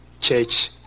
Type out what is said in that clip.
church